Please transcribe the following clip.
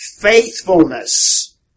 faithfulness